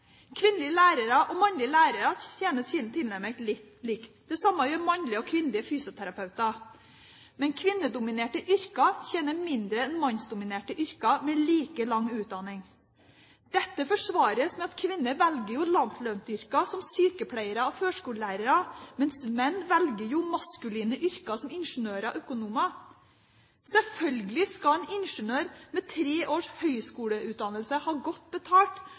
Kvinnelige lærere og mannlige lærere tjener tilnærmet likt. Det samme gjør mannlige og kvinnelige fysioterapeuter. Men i kvinnedominerte yrker tjener man mindre enn i mannsdominerte yrker med like lang utdanning. Dette forsvares med at kvinner velger lavlønnsyrker som sykepleiere og førskolelærere, mens menn jo velger maskuline yrker som ingeniører og økonomer. Selvfølgelig skal en ingeniør med tre års høyskoleutdannelse ha godt betalt,